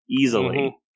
Easily